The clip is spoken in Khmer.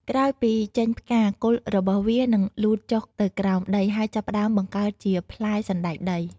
ក្រោយពីចេញផ្កា គល់របស់វា នឹងលូតចុះទៅក្រោមដី ហើយចាប់ផ្តើមបង្កើតជាផ្លែសណ្ដែកដី។